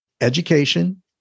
education